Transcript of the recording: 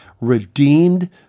redeemed